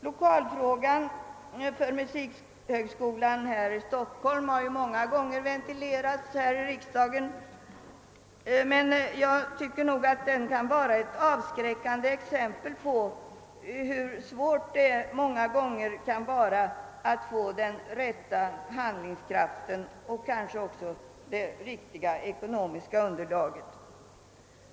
Lokalfrågan för musikhögskolan här i Stockholm har ju många gånger ventilerats i riksdagen. Jag tycker att den kan vara ett avskräckande exempel på hur svårt det många gånger är att få den rätta handlingskraften och kanske också det riktiga ekonomiska underlaget.